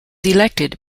elected